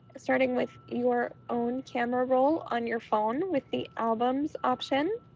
starting with your own camera roll on your phone, with the albums option.